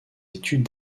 études